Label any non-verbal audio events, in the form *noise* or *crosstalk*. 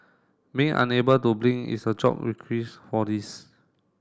being unable to blink is a job *unintelligible* for this